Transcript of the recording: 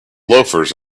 loafers